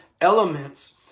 elements